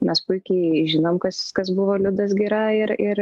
mes puikiai žinom kas kas buvo liudas gira ir ir